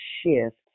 shift